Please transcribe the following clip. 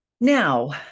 Now